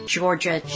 Georgia